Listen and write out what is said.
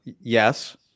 Yes